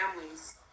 families